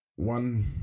one